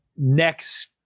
next